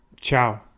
Ciao